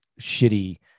shitty